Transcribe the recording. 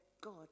God